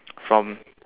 from